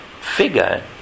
figure